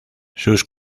sus